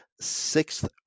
sixth